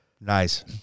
Nice